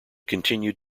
continued